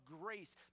grace